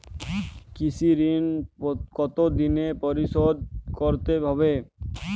কৃষি ঋণ কতোদিনে পরিশোধ করতে হবে?